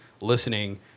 listening